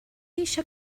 eisiau